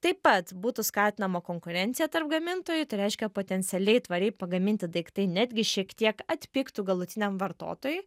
taip pat būtų skatinama konkurencija tarp gamintojų tai reiškia potencialiai tvariai pagaminti daiktai netgi šiek tiek atpigtų galutiniam vartotojui